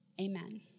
Amen